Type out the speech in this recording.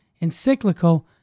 encyclical